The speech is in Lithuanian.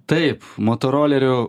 taip motorolerių